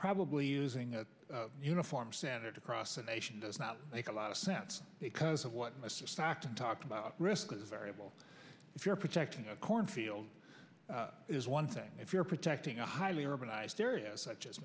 probably using a uniform standard across the nation does not make a lot of sense because what mr spock to talk about risk is variable if you're protecting a cornfield is one thing if you're protecting a highly urbanized areas such as